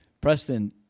preston